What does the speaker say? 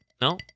no